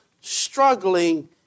struggling